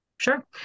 Sure